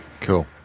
cool